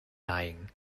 dying